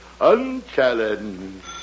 unchallenged